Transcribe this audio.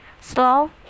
Slow